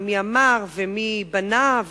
מי אמר ומי בנה?